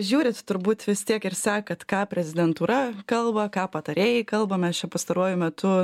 žiūrit turbūt vis tiek ir sekat ką prezidentūra kalba ką patarėjai kalba mes čia pastaruoju metu